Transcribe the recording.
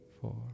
four